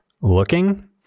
looking